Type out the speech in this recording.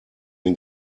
den